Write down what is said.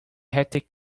hectic